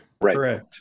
Correct